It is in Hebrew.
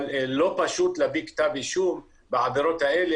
לא פשוט להביא כתב אישום בעבירות האלה